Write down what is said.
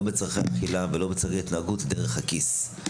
בצרכי הקהילה ולא בצרכי התנהגות דרך הכיס.